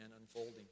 unfolding